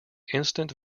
instant